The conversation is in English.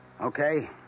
Okay